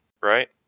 right